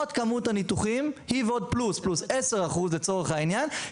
פלוס 10% לצורך העניין.